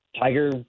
Tiger